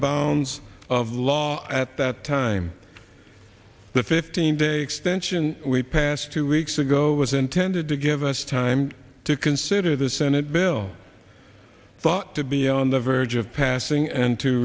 bounds of law at that time the fifteen day extension we passed two weeks ago was intended to give us time to consider the senate bill thought to be on the verge of passing and to